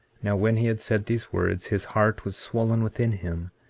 now, when he had said these words, his heart was swollen within him,